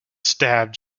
stabbed